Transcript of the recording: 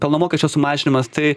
pelno mokesčio sumažinimas tai